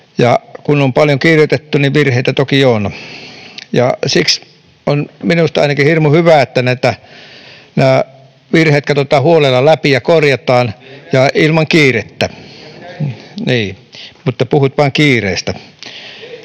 kun on paljon kirjoitettu, niin virheitä toki on. Siksi on minusta ainakin hirmu hyvä, että nämä virheet katsotaan huolella läpi ja korjataan ja ilman kiirettä. [Hannu Hoskonen: